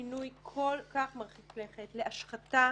לשינוי כל כך מרחיק לכת, להשחתה